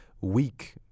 weak